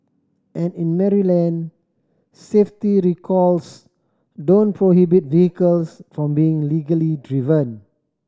and in Maryland safety recalls don't prohibit vehicles from being legally driven